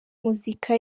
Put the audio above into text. muzika